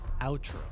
outro